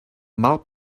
mal